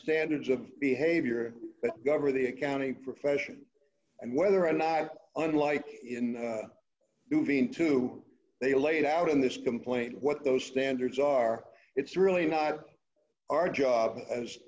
standards of behavior gover the accounting profession and whether or not unlike in the movie into they laid out in this complaint what those standards are it's really not our job as